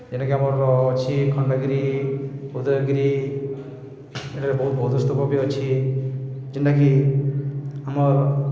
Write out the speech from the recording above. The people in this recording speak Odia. ଯେନ୍ଟାକି ଆମର ଅଛି ଖଣ୍ଡଗିରି ଉଦୟଗିରି ଏଠାରେ ବହୁତ ବୌଦ୍ଧ ସ୍ତୁପ ବି ଅଛି ଯେନ୍ଟାକି ଆମର୍